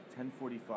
10.45